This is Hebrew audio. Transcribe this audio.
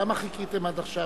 למה חיכיתם עד עכשיו?